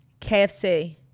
KFC